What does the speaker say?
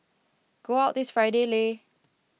go out this Friday Lei